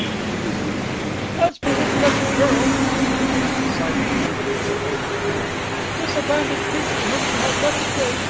she resumed as for this wretched girl she indicated the silent mamie with a wave of her hand this abandoned creature whom you have led astray,